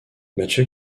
mathieu